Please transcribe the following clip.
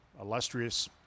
illustrious